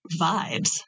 vibes